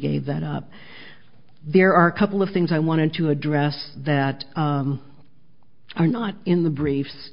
gave that up there are a couple of things i wanted to address that are not in the briefs